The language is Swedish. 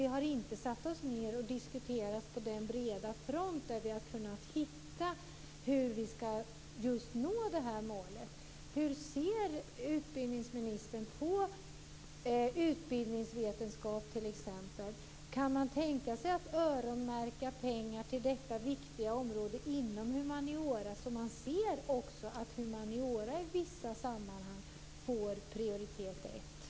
Vi har inte satt oss ned för att diskutera på bred front för att nå målet. Hur ser utbildningsministern på t.ex. utbildningsvetenskap? Går det att öronmärka pengar till detta viktiga område inom humaniora så att det går att se att humaniora i vissa sammanhang får prioritet 1?